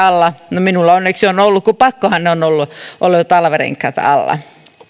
alla no minulla onneksi on ollut kun pakkohan on ollut olla jo talvirenkaat alla